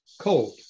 cold